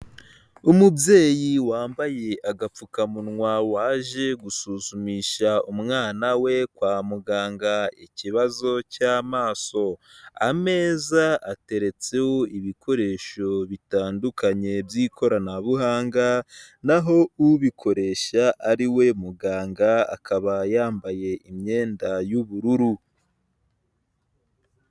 Umubyeyi wambaye agapfukamunwa waje gusuzumisha umwana we kwa muganga ikibazo cy'amaso. Ameza ateretseho ibikoresho bitandukanye by'ikoranabuhanga, naho ubikoresha ari we muganga akaba yambaye imyenda y'ubururu.